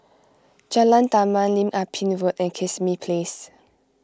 Jalan Taman Lim Ah Pin Road and Kismis Place